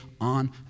on